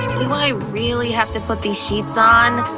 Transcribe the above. do i really have to put these sheets on?